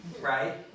right